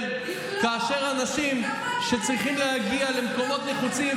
כאשר אנשים צריכים להגיע למקומות נחוצים.